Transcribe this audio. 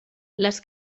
les